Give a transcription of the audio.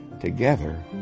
Together